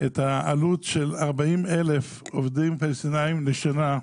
את העלות של 40,000 עובדים פלסטינים לשנה.